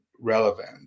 relevant